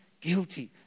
guilty